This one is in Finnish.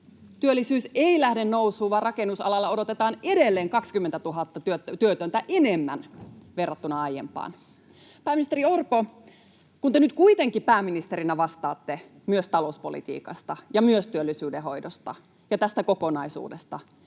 Työllisyys ei lähde nousuun, vaan rakennusalalla odotetaan edelleen 20 000:ta työtöntä enemmän verrattuna aiempaan. Pääministeri Orpo, kun te nyt kuitenkin pääministerinä vastaatte myös talouspolitiikasta ja myös työllisyyden hoidosta ja tästä kokonaisuudesta,